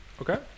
Okay